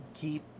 keep